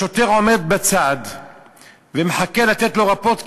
השוטר עומד בצד ומחכה לתת לו רפורט,